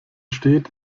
steht